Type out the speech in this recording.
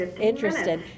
interested